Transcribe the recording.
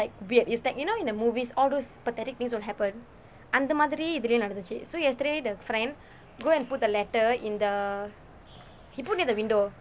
like weird is like you know in the movies all those pathetic things will happen அந்த மாதிரி இதுலே நடந்துச்சு:antha maathiri ithula nadanthuchu so yesterday the friend go and put the letter in the he put near the window